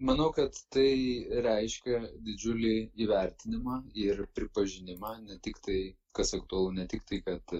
manau kad tai reiškia didžiulį įvertinimą ir pripažinimą ne tik tai kas aktualu ne tik tai kad